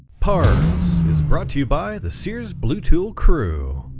partz is brought to you by the sears blue tool crew.